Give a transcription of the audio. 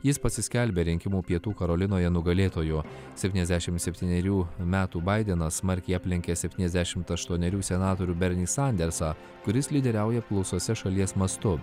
jis pasiskelbė rinkimų pietų karolinoje nugalėtoju septyniasdešim septynerių metų baidenas smarkiai aplenkė septyniasdešimt aštuonerių senatorių bernį sandersą kuris lyderiauja apklausose šalies mastu